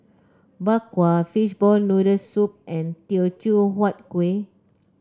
Bak Kwa Fishball Noodle Soup and Teochew Huat Kueh